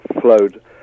flowed